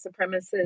supremacists